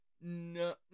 No